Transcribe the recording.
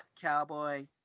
cowboy